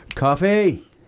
coffee